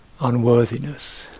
unworthiness